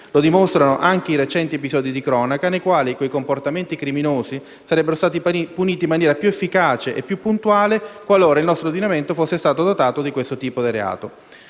Lo dimostrano anche i recenti episodi di cronaca nei quali quei comportamenti criminosi sarebbero stati puniti in maniera più efficace e più puntuale qualora il nostro ordinamento fosse stato dotato di questo tipo di reato.